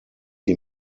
die